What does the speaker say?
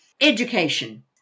Education